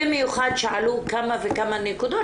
במיוחד שעלו כמה וכמה נקודות